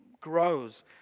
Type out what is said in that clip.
grows